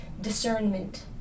discernment